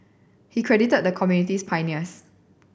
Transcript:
he credited the community's pioneers